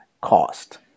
cost